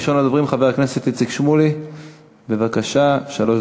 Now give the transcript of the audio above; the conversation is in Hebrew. הצעות לסדר-היום מס'